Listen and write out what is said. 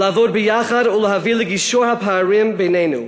לעבוד ביחד ולהביא לגישור הפערים בינינו.